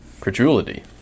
credulity